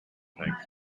thanks